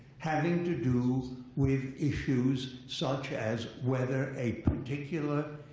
having to do with issues such as whether a particular